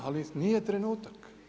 Ali, nije trenutak.